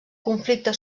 conflicte